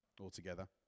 altogether